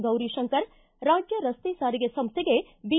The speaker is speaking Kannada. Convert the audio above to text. ಗೌರಿ ಶಂಕರ್ ರಾಜ್ಯ ರಸ್ತೆ ಸಾರಿಗೆ ಸಂಸ್ಥೆಗೆ ಬಿ